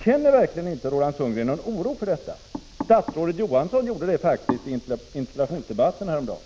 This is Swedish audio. Känner verkligen inte Roland Sundgren någon oro för detta? Statsrådet Johansson gjorde det faktiskt i interpellationsdebatten häromdagen.